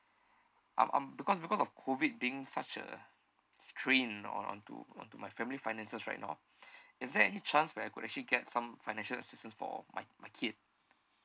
um um because because of COVID being such a strain onto onto my family finances right now is there any chance where I could actually get some financial assistance for my my kid